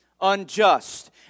unjust